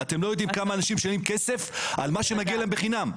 אתם לא יודעים כמה אנשים משלמים כסף על מה שמגיע להם בחינם.